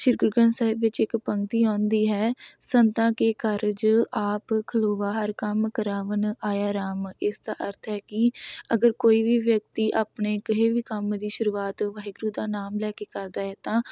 ਸ਼੍ਰੀ ਗੁਰੂ ਗ੍ਰੰਥ ਸਾਹਿਬ ਵਿੱਚ ਇੱਕ ਪੰਕਤੀ ਆਉਂਦੀ ਹੈ ਸੰਤਾ ਕੇ ਕਾਰਜ ਆਪ ਖਲੋਆ ਹਰਿ ਕੰਮ ਕਰਾਵਨ ਆਇਆ ਰਾਮ ਇਸ ਦਾ ਅਰਥ ਹੈ ਕਿ ਅਗਰ ਕੋਈ ਵੀ ਵਿਅਕਤੀ ਆਪਣੇ ਕਿਸੇ ਵੀ ਕੰਮ ਦੀ ਸ਼ੁਰੂਆਤ ਵਾਹਿਗੁਰੂ ਦਾ ਨਾਮ ਲੈ ਕੇ ਕਰਦਾ ਹੈ ਤਾਂ